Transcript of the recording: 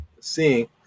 seeing